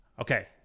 Okay